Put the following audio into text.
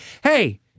Hey